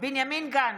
בנימין גנץ,